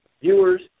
viewers